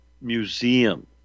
Museum